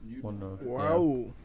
Wow